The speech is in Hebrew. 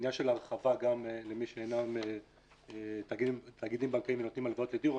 באשר להרחבה גם למי שאינם תאגידים בנקאיים ונותנים הלוואות לדיור,